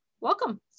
welcome